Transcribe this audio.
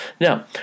Now